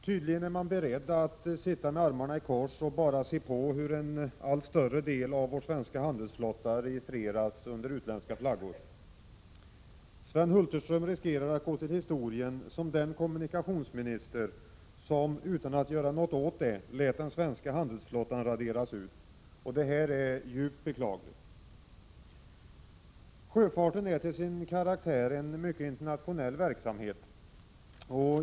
Tydligen är man beredd att sitta med armarna i kors och bara se på hur en allt större del av vår svenska handelsflotta registreras under utländsk flagg. Sven Hulterström riskerar att gå till historien som den kommunikationsminister som — utan att göra något åt det — lät den svenska handelsflottan raderas ut. Detta är djupt beklagligt. Sjöfarten är till sin karaktär en mycket internationell verksamhet.